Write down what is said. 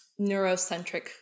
neurocentric